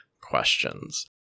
questions